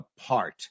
apart